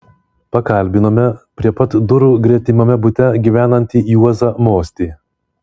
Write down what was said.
pakalbinome prie pat durų gretimame bute gyvenantį juozą mostį